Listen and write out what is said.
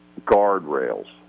guardrails